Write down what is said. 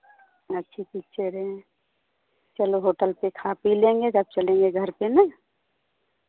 अच्छी पिक्चर है चलो होटल पर खा पी लेंगे तब चलेंगे घर पर ना